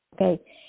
Okay